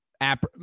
app